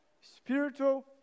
spiritual